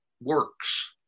works